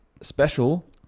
Special